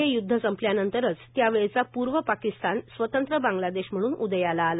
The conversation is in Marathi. हे युद्ध संपल्यानंतरच त्यावेळचा पूर्व पाकिस्तान स्वतंत्र बांगलादेश म्हणून उदयाला आला